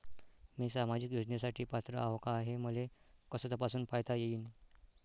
मी सामाजिक योजनेसाठी पात्र आहो का, हे मले कस तपासून पायता येईन?